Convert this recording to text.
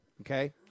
okay